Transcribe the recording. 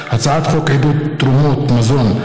הצעת חוק עידוד תרומות מזון,